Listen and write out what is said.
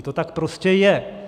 To tak prostě je.